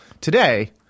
today